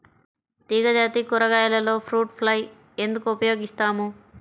తీగజాతి కూరగాయలలో fruit fly ఎందుకు ఉపయోగిస్తాము?